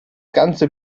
ganze